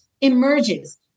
emerges